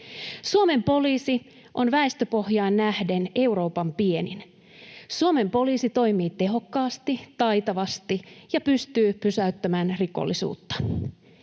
Suomen poliisi on väestöpohjaan nähden Euroopan pienin. Suomen poliisi toimii tehokkaasti, taitavasti ja pystyy pysäyttämään rikollisuutta.